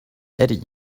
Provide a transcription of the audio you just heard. eddie